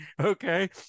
Okay